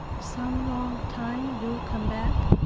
some long time you come back?